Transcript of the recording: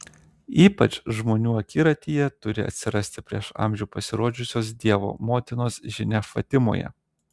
ypač žmonių akiratyje turi atsirasti prieš amžių pasirodžiusios dievo motinos žinia fatimoje